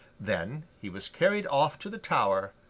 then, he was carried off to the tower,